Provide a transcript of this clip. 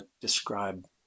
describe